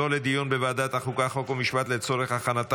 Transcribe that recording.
לוועדת החוקה חוק ומשפט נתקבלה.